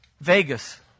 Vegas